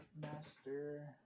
Master